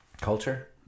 culture